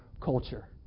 culture